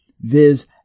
viz